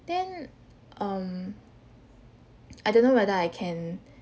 then um I don't know whether I can